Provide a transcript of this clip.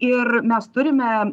ir mes turime